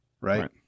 right